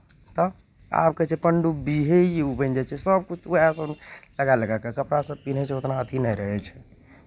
तब आब कहै छै पनडुब्बी हे ई ओ बनि जाइ छै सभकिछु तऽ उएह सभमे लगाए लगाए कऽ कपड़ासभ पिन्है छै ओतना अथी नहि रहै छै